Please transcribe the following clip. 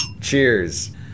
Cheers